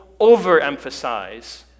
overemphasize